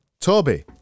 Toby